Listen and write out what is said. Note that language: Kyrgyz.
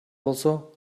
болсо